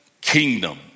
kingdom